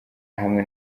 hamwe